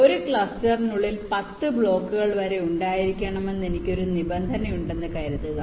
ഒരു ക്ലസ്റ്ററിനുള്ളിൽ 10 ബ്ലോക്കുകൾ വരെ ഉണ്ടായിരിക്കണമെന്ന് എനിക്ക് ഒരു നിബന്ധനയുണ്ടെന്ന് കരുതുക